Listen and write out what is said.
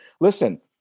Listen